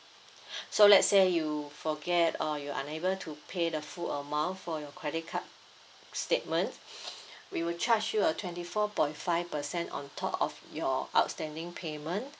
so let's say you forget or you're unable to pay the full amount for your credit card statement we will charge you a twenty four point five percent on top of your outstanding payment